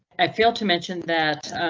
i feel to mention that